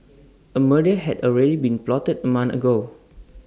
A murder had already been plotted A month ago